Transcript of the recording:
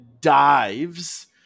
dives